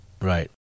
Right